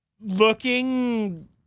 looking